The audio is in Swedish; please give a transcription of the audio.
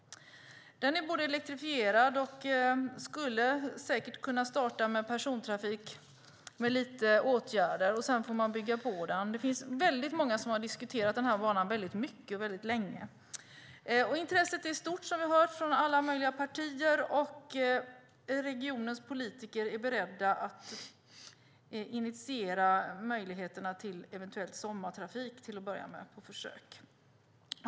Banan är elektrifierad och skulle säkert kunna starta med persontrafik efter lite åtgärder, och sedan får man bygga på den. Det är många som har diskuterat den här banan väldigt mycket och väldigt länge. Intresset är stort från alla möjliga partier, som vi har hört, och regionens politiker är beredda att initiera möjligheterna till eventuell sommartrafik på försök till att börja med.